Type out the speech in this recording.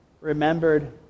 remembered